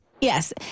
Yes